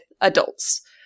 adults